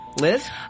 Liz